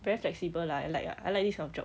very flexible lah I like ah I like this kind of job